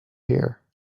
here